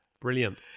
Brilliant